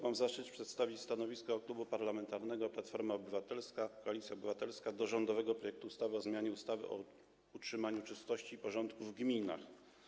Mam zaszczyt przedstawić stanowisko Klubu Parlamentarnego Platforma Obywatelska - Koalicja Obywatelska wobec rządowego projektu ustawy o zmianie ustawy o utrzymaniu czystości i porządku w gminach.